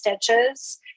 stitches